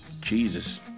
Jesus